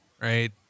right